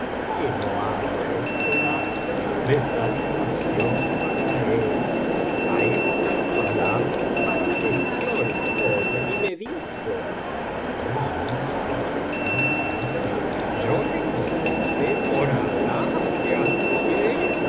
que no haya esperanza de salvación para él a estas palabras palideció la joven y me dijo y todo eso es por causa mía yo le contesté por alah que así es